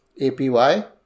APY